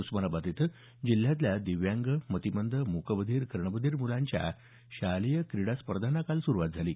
उस्मानाबाद इथं जिल्ह्यातल्या दिव्यांग मतिमंद मूकबधीर कर्णबधीर मुलांच्या शालेय क्रीडा स्पर्धांना काल सुरुवात झाली